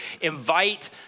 invite